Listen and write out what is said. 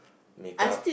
makeup